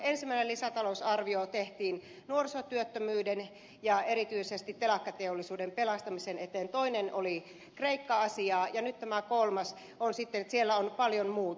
ensimmäinen lisätalousarvio tehtiin nuorisotyöttömyyden ja erityisesti telakkateollisuuden pelastamisen eteen toinen oli kreikka asiaa ja nyt on sitten tämä kolmas siellä on paljon muuta